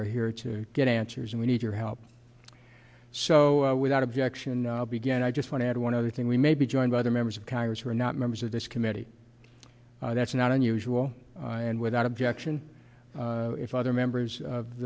are here to get answers and we need your help so without objection began i just want to add one other thing we may be joined by the members of congress who are not members of this committee that's not unusual and without objection if other members of